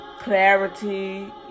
clarity